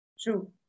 True